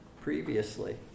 previously